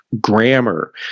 grammar